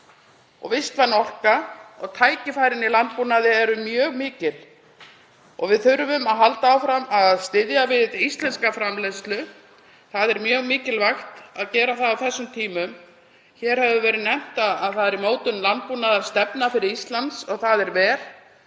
og vistvæn orka og tækifærin í landbúnaði eru mjög mikil. Við þurfum að halda áfram að styðja við íslenska framleiðslu. Það er mjög mikilvægt að gera það á þessum tímum. Hér hefur verið nefnt að í mótun er landbúnaðarstefna fyrir Ísland og það er vel.